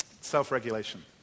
self-regulation